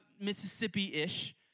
Mississippi-ish